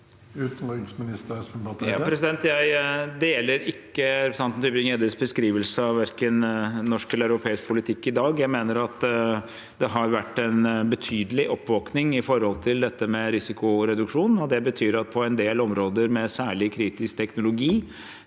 Utenriksminister Espen Barth Eide Jeg deler ikke representanten Tybring-Gjeddes beskrivelse av verken norsk eller europeisk politikk i dag. Jeg mener at det har vært en betydelig oppvåkning når det gjelder dette med risikoreduksjon. Det betyr at på en del områder med særlig kritisk teknologi,